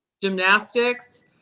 Gymnastics